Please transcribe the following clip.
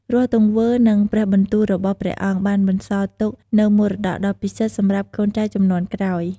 រាល់ទង្វើ និងព្រះបន្ទូលរបស់ព្រះអង្គបានបន្សល់ទុកនូវមរតកដ៏ពិសិដ្ឋសម្រាប់កូនចៅជំនាន់ក្រោយ។